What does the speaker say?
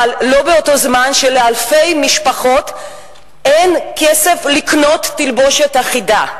אבל לא באותו זמן שלאלפי משפחות אין כסף לקנות תלבושת אחידה.